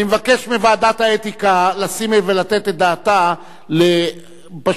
אני מבקש מוועדת האתיקה לתת את דעתה להפרת